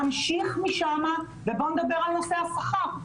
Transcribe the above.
נמשיך משם ובואו נדבר על נושא השכר.